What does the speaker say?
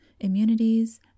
immunities